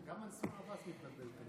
גם מנסור עבאס מתבלבל תמיד.